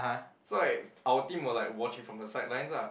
so like our team were like watching from the sidelines lah